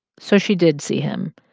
so she did see him.